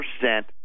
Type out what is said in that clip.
percent